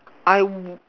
I w~